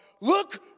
look